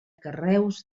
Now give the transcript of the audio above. carreus